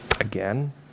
Again